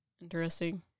Interesting